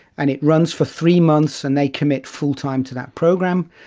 and it runs for three months and they commit full-time to that program.